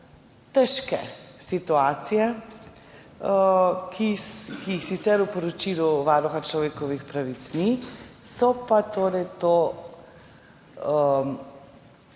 težke situacije, ki jih sicer v poročilu Varuha človekovih pravic ni, so pa torej to